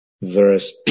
verse